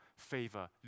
favor